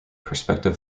perspective